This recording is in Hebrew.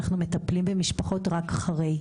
אנחנו מטפלים במשפחות רק אחרי.